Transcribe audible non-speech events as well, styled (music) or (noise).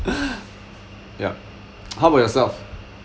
(breath) yup how about yourself